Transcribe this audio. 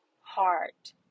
heart